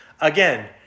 again